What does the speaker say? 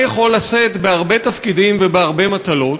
יכול לשאת בהרבה תפקידים ובהרבה מטלות,